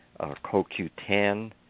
CoQ10